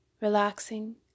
relaxing